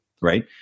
right